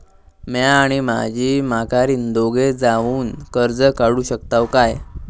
म्या आणि माझी माघारीन दोघे जावून कर्ज काढू शकताव काय?